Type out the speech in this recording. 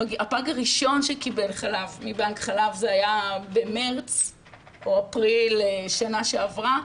הפג הראשון שקיבל חלב מבנק החלב זה היה במארס או אפריל שנה שעברה,